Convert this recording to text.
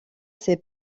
ses